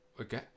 okay